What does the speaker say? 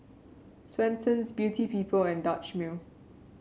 Swensens Beauty People and Dutch Mill